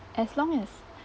as long as